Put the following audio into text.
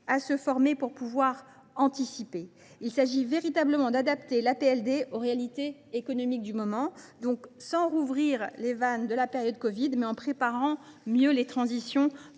à se former pour être en mesure d’anticiper. Il s’agit véritablement d’adapter l’APLD aux réalités économiques du moment, sans rouvrir les vannes de la période du covid 19, mais en préparant mieux les transitions